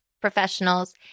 professionals